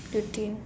routine